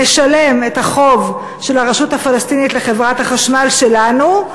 נשלם את החוב של הרשות הפלסטינית לחברת החשמל שלנו?